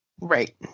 Right